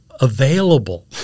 available